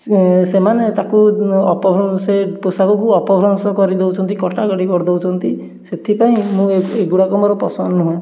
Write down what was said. ସେ ସେମାନେ ତାକୁ ଅପଭ୍ରଂଶ ସେ ପୋଷାକକୁ ଅପଭ୍ରଂଶ କରି ଦେଉଛନ୍ତି କଟାକଟି କରି ଦେଉଛନ୍ତି ସେଥିପାଇଁ ମୁଁ ଏଗୁଡ଼ାକ ମୋର ପସନ୍ଦ ନୁହେଁ